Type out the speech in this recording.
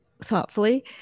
thoughtfully